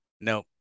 no